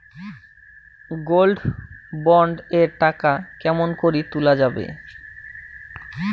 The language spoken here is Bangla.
গোল্ড বন্ড এর টাকা কেমন করি তুলা যাবে?